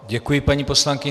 Děkuji paní poslankyni.